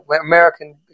American